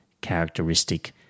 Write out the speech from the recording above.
characteristic